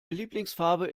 lieblingsfarbe